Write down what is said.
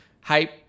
Hype